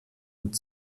und